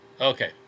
Okay